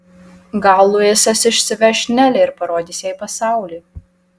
gal luisas išsiveš nelę ir parodys jai pasaulį